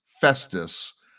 Festus